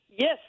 Yes